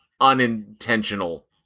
unintentional